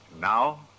Now